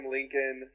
Lincoln